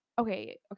okay